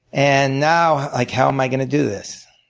and now, like how am i going to do this?